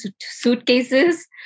suitcases